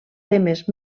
temes